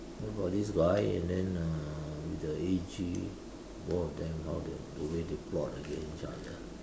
about this guy and then uh with the A_G both of them how the the way they plot against each other